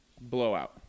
blowout